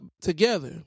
together